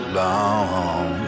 long